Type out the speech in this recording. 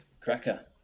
Cracker